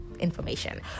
information